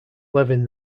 levin